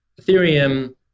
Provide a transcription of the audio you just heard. Ethereum